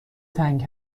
تنگ